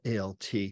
ALT